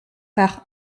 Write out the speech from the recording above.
par